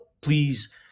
please